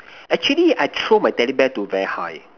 actually I throw my teddy bear to very high